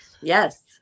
Yes